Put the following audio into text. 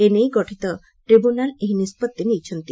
ଏ ନେଇ ଗଠିତ ଟ୍ରିବ୍ୟୁନାଲ ଏହି ନିଷ୍ବତ୍ତି ନେଇଛନ୍ତି